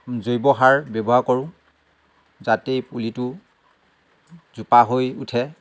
জৈৱসাৰ ব্যৱহাৰ কৰোঁ যাতে পুলিটো জোপা হৈ উঠে